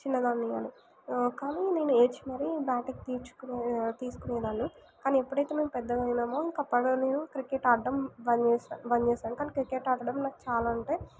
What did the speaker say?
చిన్నదాన్ని కానీ కానీ నేను ఏడ్చి మరీ బ్యాటింగ్ తీర్చుకునే తీసుకునే దాన్ని కానీ ఎప్పుడైతే మేము పెద్దగా అయినామో ఇంకా అప్పుడే నేను క్రికెట్ ఆడటం బంద్ చేసాను బంద్ చేసాను కానీ క్రికెట్ ఆడటం నాకు చాలా అంటే